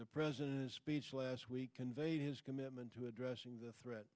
the president's speech last week conveyed his commitment to addressing the threat